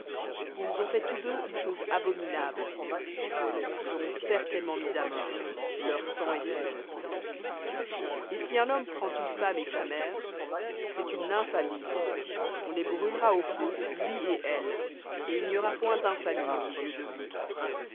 ils ont fait tous deux une chose abominable ils seront certainement mis à mort leur sang est sur eux et si un homme prend une femme et sa mère c'est une infamie on les brûlera au feu lui et elles et il n'y aura point d'infamie au milieu de vous